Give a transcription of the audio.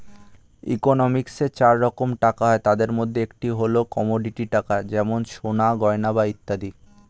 ইকোনমিক্সে চার রকম টাকা হয়, তাদের মধ্যে একটি হল কমোডিটি টাকা যেমন সোনার গয়না বা ইত্যাদি